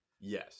Yes